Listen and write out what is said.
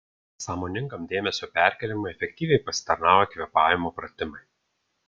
sąmoningam dėmesio perkėlimui efektyviai pasitarnauja kvėpavimo pratimai